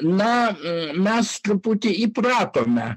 na mes truputį įpratome